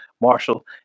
Marshall